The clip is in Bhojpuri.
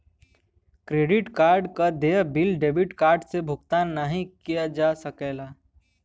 क्रेडिट कार्ड क देय बिल डेबिट कार्ड से भुगतान नाहीं किया जा सकला